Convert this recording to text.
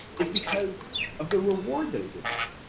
is because of the reward that it gives you.